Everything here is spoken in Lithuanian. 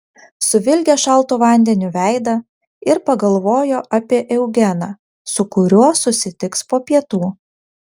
suvilgė šaltu vandeniu veidą ir pagalvojo apie eugeną su kuriuo susitiks po pietų